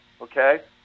okay